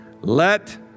Let